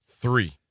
three